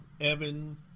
Evan